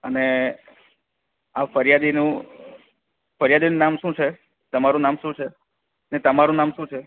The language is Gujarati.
અને આ ફરિયાદીનું ફરિયાદીનું નામ શું છે તમારું નામ શું છે ને તમારું નામ શું છે